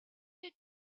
did